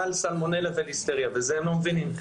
סלמונלה וליסטריה ואת זה הם לא מבינים.